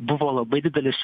buvo labai didelis